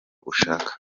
ushaka